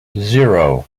zero